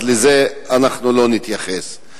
אז לזה אנחנו לא נתייחס,